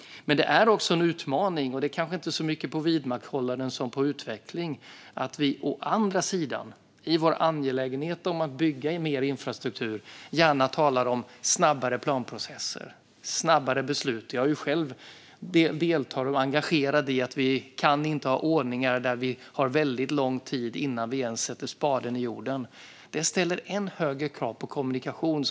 Men det här är också en utmaning. Det gäller kanske inte så mycket vidmakthållande som utveckling. I vår angelägenhet att bygga mer infrastruktur talar vi gärna om snabbare planprocesser och snabbare beslut. Jag själv deltar och är engagerad i att vi inte kan ha ordningar där det går väldigt lång tid innan vi ens sätter spaden i jorden. Det ställer än högre krav på kommunikation.